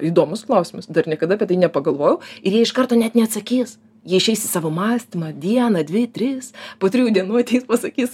įdomus klausimas dar niekada apie tai nepagalvojau ir jie iš karto net neatsakys jie išeis į savo mąstymą dieną dvi tris po trijų dienų ateis pasakys